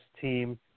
team –